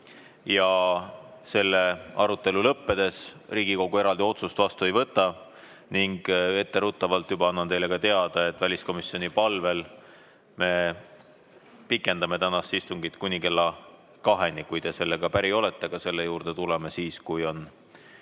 Selle arutelu lõppedes Riigikogu eraldi otsust vastu ei võta ning etteruttavalt annan teile ka teada, et väliskomisjoni palvel me pikendame tänast istungit kuni kella kaheni, kui te sellega päri olete. Aga selle juurde tuleme siis, kui on